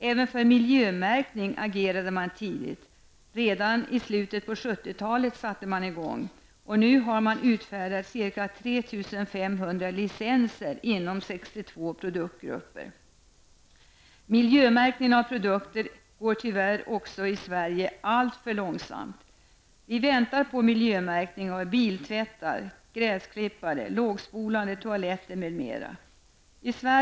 Även för miljömärkning agerade man tidigt -- redan på slutet av 1970-talet -- och nu har man utfärdat c:a 3 500 licenser inom 62 produktgrupper. Miljömärkningen av produkter går tyvärr också i Sverige alltför långsamt. Vi väntar på miljömärkning av biltvättar, gräsklippare, lågspolande toaletter m.m.